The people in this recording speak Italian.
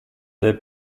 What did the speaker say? del